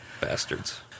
Bastards